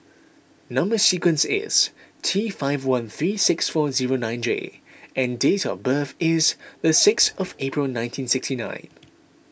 Number Sequence is T five one three six four zero nine J and date of birth is the sixth of April nineteen sixty nine